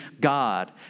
God